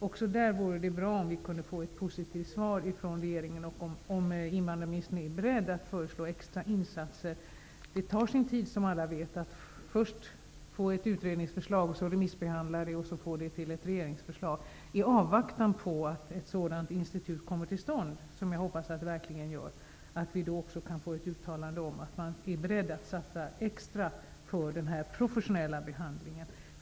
Också på den punkten vore det bra med ett positivt svar från regeringen. Är invandrarministern beredd att föreslå extra insatser? Det tar sin tid, som alla vet, att först få ett utredningsförslag, och sedan remissbehandla det och så få det till ett regeringsförslag. I avvaktan på att ett sådant institut kommer till stånd, som jag hoppas att det verkligen gör, vore det bra att få ett uttalande om att man är beredd att satsa extra för den här professionella behandlingen.